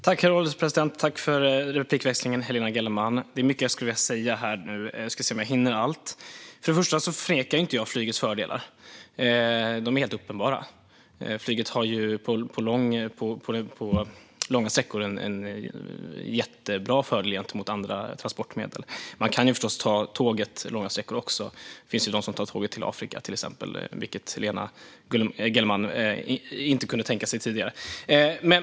Herr ålderspresident! Jag tackar för Helena Gellermans replik. Det är mycket som jag skulle vilja säga. Vi får se om jag hinner med allt. Först och främst förnekar jag inte flygets fördelar. De är helt uppenbara. Flyget har en stor fördel på långa sträckor jämfört med andra transportmedel. Man kan förstås ta tåget långa sträckor också. Det finns de som tar tåget till exempelvis Afrika, vilket Helena Gellerman inte kunde tänka sig tidigare.